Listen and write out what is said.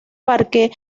parque